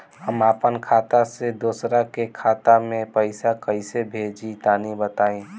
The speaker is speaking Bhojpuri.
हम आपन खाता से दोसरा के खाता मे पईसा कइसे भेजि तनि बताईं?